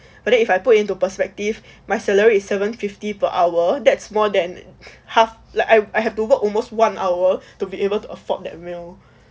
but then if I put into perspective my salary is seven fifty per hour that's more than half like I have to work almost one hour to be able to afford that meal